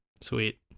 Sweet